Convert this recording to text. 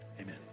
Amen